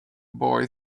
boy